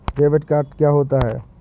Debit card क्या होता है?